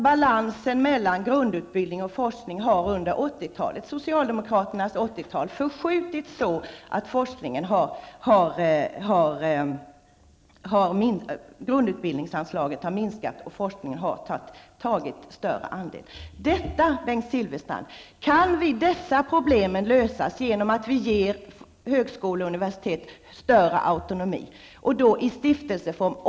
Balansen mellan grundutbildning och forskning har under 80-talet -- socialdemokraternas 80-tal -- förskjutits så att grundutbildningsanslaget har minskat och forskningen har tagit en större andel. Dessa problem kan lösas, Bengt Silfverstrand, genom att vi ger högskolor och universitet större autonomi i stiftelseform.